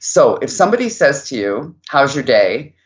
so if somebody says to you how's your day,